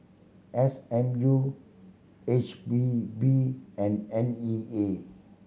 S M U H P B and N E A